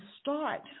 start